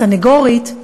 סנגורית,